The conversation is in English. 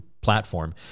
platform